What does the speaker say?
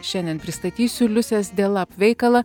šiandien pristatysiu liusės delap veikalą